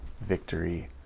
victory